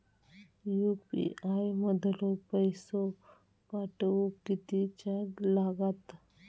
UPI मधलो पैसो पाठवुक किती चार्ज लागात?